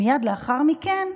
מייד לאחר מכן,